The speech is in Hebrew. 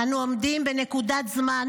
אנו עומדים בנקודת זמן